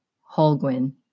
Holguin